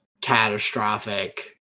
catastrophic